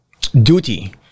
duty